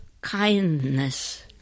kindness